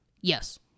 Yes